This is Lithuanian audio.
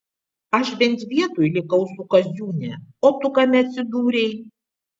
aš bent vietoj likau su kaziūne o tu kame atsidūrei